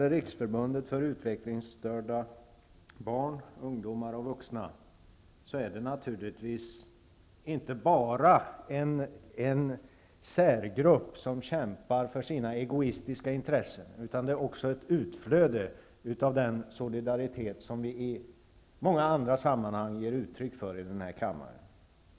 Riksförbundet för utvecklingsstörda barn, ungdomar och vuxna är naturligtvis inte bara en särgrupp som kämpar för sina egoistiska intressen, utan det är också ett utflöde av den solidaritet som vi i många andra sammanhang ger uttryck för här i kammaren.